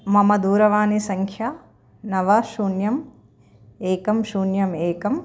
मम दूरवानि सङ्ख्या नव शून्यम् एकं शून्यम् एकम्